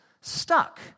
stuck